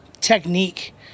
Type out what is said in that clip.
technique